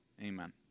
Amen